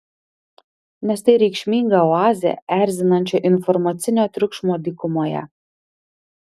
nes tai reikšminga oazė erzinančio informacinio triukšmo dykumoje